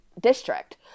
district